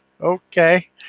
Okay